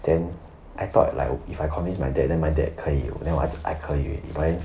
then I thought like if I convince my dad then my dad 可以 then I I 可以 but then